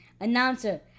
Announcer